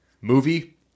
movie